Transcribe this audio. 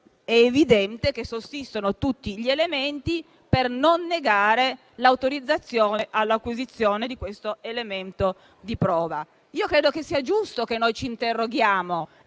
è evidente che sussistano tutti gli elementi per non negare l'autorizzazione all'acquisizione di questo elemento di prova. Credo che sia giusto che ci interroghiamo,